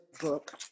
Book